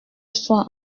soit